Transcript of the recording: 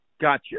Gotcha